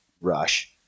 rush